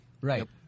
Right